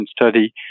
study